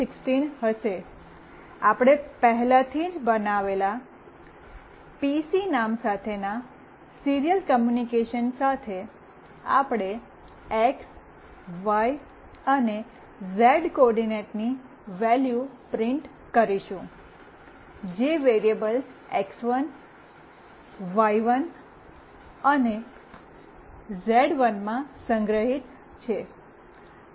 અને આપણે પહેલાથી જ બનાવેલા "પીસી" નામ સાથે સીરીયલ કમ્યુનિકેશન સાથે આપણે એક્સ વાય અને ઝેડ કોઓર્ડિનેટની વેલ્યુ પ્રિન્ટ કરીશું જે વેરીએબલ્સ એક્સ1 વાય1 અને ઝેડ1 માં સંગ્રહિત છે